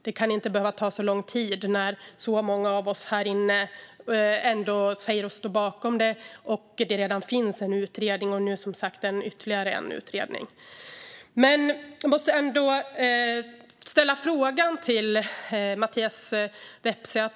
Det kan inte behöva ta så lång tid när så många av oss här inne säger oss stå bakom detta och när det redan finns en utredning och nu, som sagt, ytterligare en utredning. Jag måste ändå ställa en fråga till Mattias Vepsä.